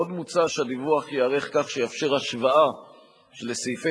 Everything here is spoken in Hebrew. עוד מוצע שהדיווח ייערך כך שיאפשר השוואה לסעיפי